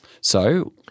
So-